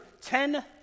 ten